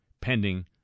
pending